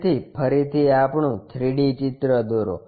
તેથી ફરીથી આપણું 3 D ચિત્ર દોરો